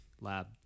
lab